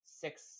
six